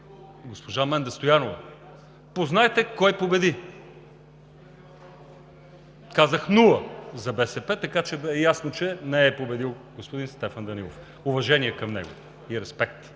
госпожа Менда Стоянова. Познайте кой победи? Казах „нула“ за БСП, така че е ясно, че не е победил господин Стефан Данаилов – с уважение и респект